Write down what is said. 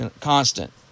constant